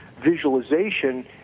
visualization